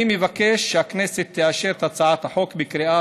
אני מבקש שהכנסת תאשר את הצעת החוק בקריאה